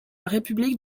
république